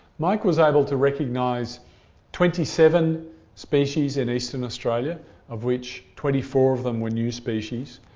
mike was able to recognise twenty seven species in eastern australia of which twenty four of them were new species,